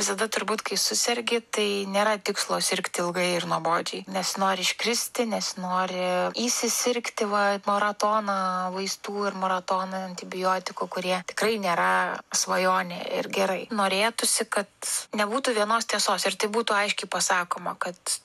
visada turbūt kai susergi tai nėra tikslo sirgti ilgai ir nuobodžiai nesinori iškristi nesinori įsisirgti va moratoną vaistų ir maratoną antibiotikų kurie tikrai nėra svajonė ir gerai norėtųsi kad nebūtų vienos tiesos ir tai būtų aiškiai pasakoma kad